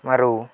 ଆରୁ